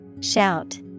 Shout